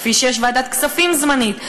כפי שיש ועדת כספים זמנית,